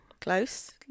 Close